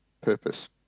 purpose